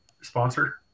sponsor